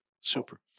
Super